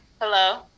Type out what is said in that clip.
Hello